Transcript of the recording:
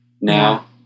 now